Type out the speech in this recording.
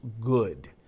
good